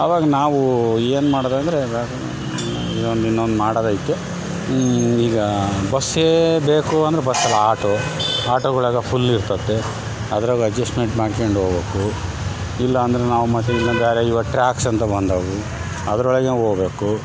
ಅವಾಗ ನಾವು ಏನ್ಮಾಡ್ದೆ ಅಂದರೆ ಇನ್ನೊಂದು ಮಾಡದೈತೆ ಈಗ ಬಸ್ಸೇ ಬೇಕು ಅಂದ್ರೆ ಬಸ್ಸಲ್ಲ ಆಟೋ ಆಟೋಗಳೆಲ್ಲಾ ಫುಲ್ ಇರ್ತತೆ ಅದ್ರಲ್ಲಿ ಅಜ್ಜೆಷ್ಸ್ಮೆಂಟ್ ಮಾಡ್ಕೆಂಡು ಹೋಗ್ಬೇಕು ಇಲ್ಲಾಂದರೆ ನಾವು ಮತ್ತೆ ಟ್ರಾಕ್ಸ್ ಅಂತ ಬಂದವು ಅದರೊಳಗೆ ಹೋಗ್ಬೇಕು